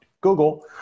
Google